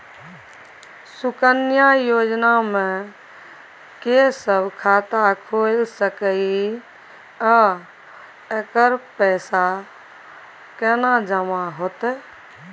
सुकन्या योजना म के सब खाता खोइल सके इ आ एकर पैसा केना जमा होतै?